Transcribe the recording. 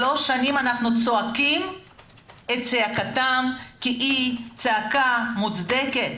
שלוש שנים אנחנו צועקים את צעקתם כי היא צעקה מוצדקת.